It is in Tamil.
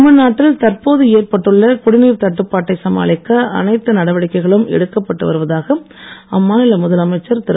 தமிழ்நாட்டில் தற்போது ஏற்பட்டுள்ள குடிநீர் தட்டுப்பாட்டை சமாளிக்க அனைத்து நடவடிக்கைகளும் எடுக்கப்பட்டு வருவதாக அம்மாநில முதலமைச்சர் திரு